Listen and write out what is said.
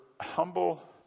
humble